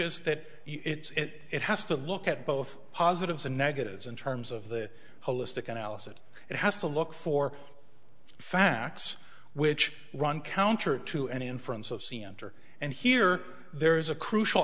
is that it's it it has to look at both positives and negatives in terms of the holistic analysis and has to look for facts which run counter to any inference of cmdr and here there is a crucial